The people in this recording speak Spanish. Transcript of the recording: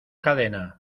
cadena